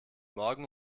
morgen